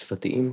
שפתיים,